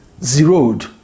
zeroed